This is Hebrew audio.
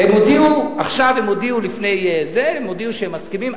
עכשיו הם הודיעו שהם מסכימים,